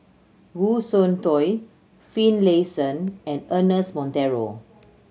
Goh Soon Tioe Finlayson and Ernest Monteiro